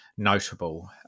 notable